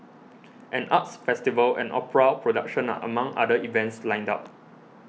an arts festival and opera production are among other events lined up